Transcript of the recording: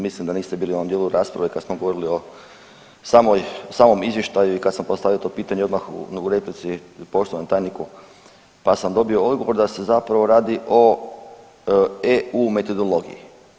Mislim da niste bili u onom dijelu rasprave kad smo govorili o samom izvještaju i kad sam postavio to pitanje odmah u replici poštovanom tajniku pa sam dobio odgovor da se zapravo radi o eu metodologiji.